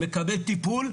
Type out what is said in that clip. מקבל טיפול,